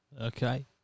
Okay